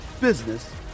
business